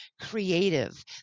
creative